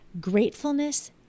Gratefulness